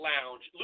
Lounge